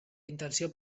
intenció